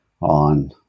on